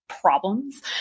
problems